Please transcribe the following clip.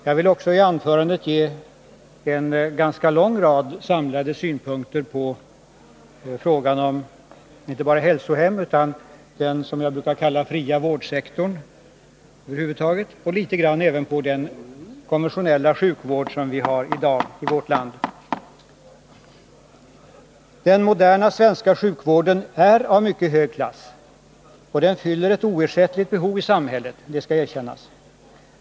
Jag vill också i anförandet framföra en ganska lång rad samlade synpunkter inte bara på hälsohem utan också på vad jag brukar kalla den fria vårdsektorn och på den konventionella sjukvården i dag i vårt land. Den moderna svenska sjukvården är av mycket hög klass och fyller ett oersättligt behov i samhället — det skall erkännas.